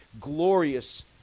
glorious